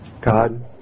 God